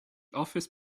office